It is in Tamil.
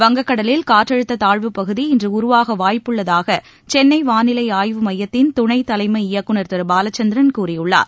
வங்கக் கடலில் காற்றழுத்த தாழ்வுப் பகுதி இன்று உருவாக வாய்ப்புள்ளதாக சென்னை வானிலை ஆய்வு மையத்தின் துணை தலைமை இயக்குநர் திரு பாலச்சந்திரன் கூறியுள்ளார்